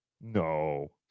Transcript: No